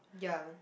ya